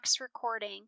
recording